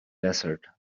desert